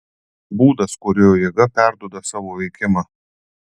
būdas kuriuo jėga perduoda savo veikimą